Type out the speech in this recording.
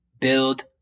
build